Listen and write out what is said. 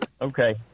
okay